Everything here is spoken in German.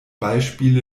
beispiele